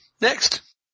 next